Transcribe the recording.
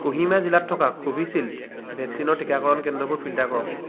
কোহিমা জিলাত থকা কোভিচিল্ড ভেকচিনৰ টীকাকৰণ কেন্দ্ৰবোৰ ফিল্টাৰ কৰক